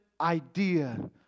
idea